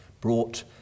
brought